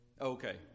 Okay